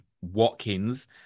Watkins